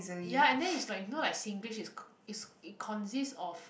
ya and then is like you know like singlish is is it consists of